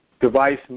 device